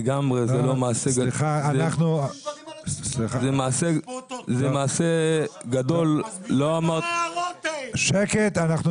לגמרי, זה לא מעשה גדול.